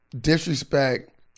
disrespect